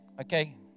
Okay